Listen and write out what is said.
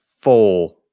four